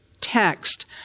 text